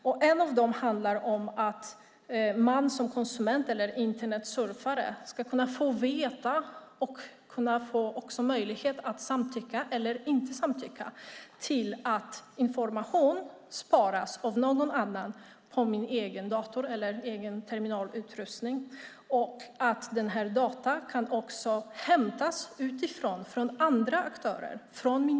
Ett av dem handlar om att jag som konsument eller Internetsurfare ska kunna få veta och också få möjlighet att samtycka, eller inte samtycka, till att information sparas av någon annan på min egen dator eller egen terminalutrustning. Dessa data från min dator kan också hämtas av andra aktörer utifrån.